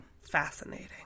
Fascinating